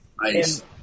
Nice